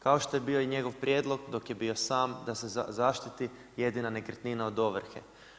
Kao što je bio i njegov prijedlog dok je bio sam da se zaštiti jedna nekretnina od ovrhe.